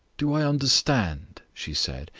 do i understand, she said,